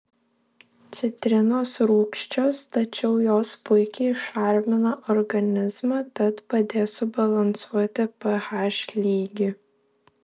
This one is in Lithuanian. citrinos rūgščios tačiau jos puikiai šarmina organizmą tad padės subalansuoti ph lygį